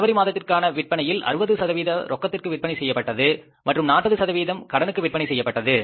ஜனவரி மாதத்திற்கான விற்பனையில் 60 ரொக்கத்திற்கு விற்பனை செய்யப்பட்டது மற்றும் 40 கடனுக்கு விற்பனை செய்யப்பட்டது